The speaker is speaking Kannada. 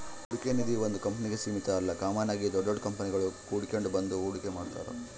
ಹೂಡಿಕೆ ನಿಧೀ ಒಂದು ಕಂಪ್ನಿಗೆ ಸೀಮಿತ ಅಲ್ಲ ಕಾಮನ್ ಆಗಿ ದೊಡ್ ದೊಡ್ ಕಂಪನಿಗುಳು ಕೂಡಿಕೆಂಡ್ ಬಂದು ಹೂಡಿಕೆ ಮಾಡ್ತಾರ